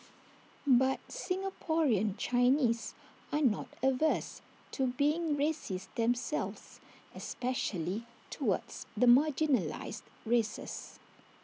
but Singaporean Chinese are not averse to being racist themselves especially towards the marginalised races